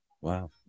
Wow